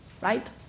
right